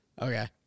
Okay